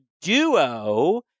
duo